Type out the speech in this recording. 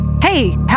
Hey